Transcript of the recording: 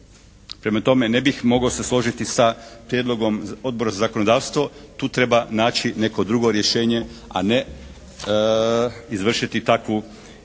Prema tome, ne bih mogao se složiti sa prijedlogom Odbora za zakonodavstvo, tu treba naći neko drugo rješenje a ne izvršiti takvu zamjenu